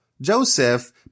Joseph